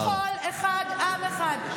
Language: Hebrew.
שכול אחד, עם אחד.